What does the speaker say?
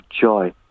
joy